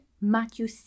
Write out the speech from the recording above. Matthew